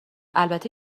البته